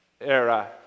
era